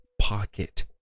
Pocket